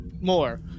more